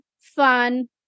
fun